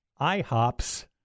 IHOPs